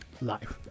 life